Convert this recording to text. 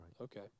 Okay